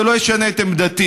זה לא ישנה את עמדתי.